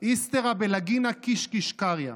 איסתרא בלגינא קיש קיש קריא.